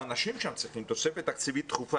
האנשים שם צריכים תוספת תקציבית דחופה